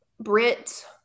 Brit